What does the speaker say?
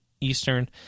Eastern